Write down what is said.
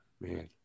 man